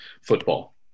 football